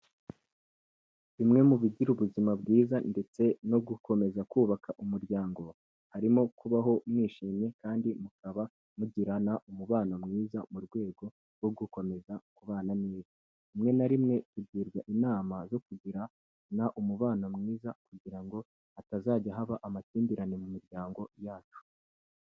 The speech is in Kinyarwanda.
Bimwe mu bigira ubuzima bwiza ndetse no gukomeza kubaka umuryango, harimo kubaho mwishimye kandi mukaba mugirana umubano mwiza mu rwego rwo gukomeza kubana neza. Rimwe na rimwe tugirwa inama zo kugirana umubano mwiza kugira ngo hatazajya haba amakimbirane mu miryango yacu.